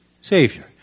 Savior